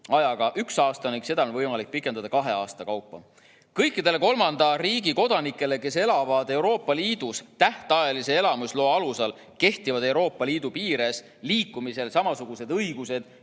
üks aasta ning seda on võimalik pikendada kahe aasta kaupa. Kõikidele kolmanda riigi kodanikele, kes elavad Euroopa Liidus tähtajalise elamisloa alusel, kehtivad Euroopa Liidu piires liikumisel samasugused õigused